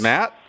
Matt